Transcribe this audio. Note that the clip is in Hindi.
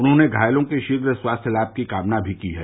उन्होंने घायलों के शीघ्र स्वास्थ्य लाभ की कामना भी की है